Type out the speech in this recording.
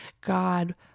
God